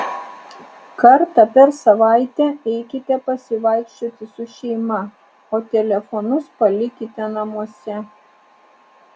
kartą per savaitę eikite pasivaikščioti su šeima o telefonus palikite namuose